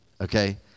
okay